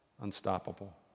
unstoppable